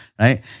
right